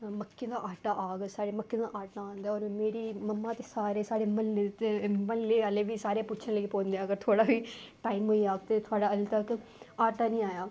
मक्की दा आटा आवै साढ़े मक्की दा आटा ते मेरी मम्मी गी सारे म्हल्लै आह्ले बी पुच्छन लग्गी पौंदे की थोह्ड़े अजें तक आटा निं आया